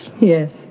Yes